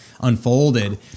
unfolded